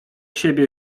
siebie